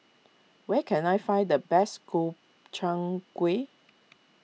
where can I find the best Gobchang Gui